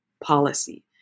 policy